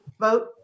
vote